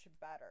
better